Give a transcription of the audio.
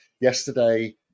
Yesterday